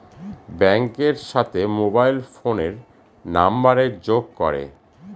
ব্যাঙ্কের সাথে মোবাইল ফোনের নাম্বারের যোগ করে